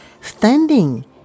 Standing